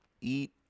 eat